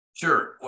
sure